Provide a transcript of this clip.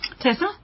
Tessa